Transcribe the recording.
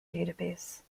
database